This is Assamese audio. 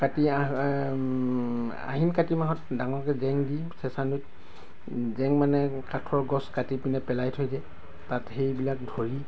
কাতি অ আহিন কাতি মাহত ডাঙৰকৈ জেং দি চেঁচা নৈত জেং মানে কাঠৰ গছ কাটিপিনে পেলাই থৈ দিয়ে তাত সেইবিলাক ধৰি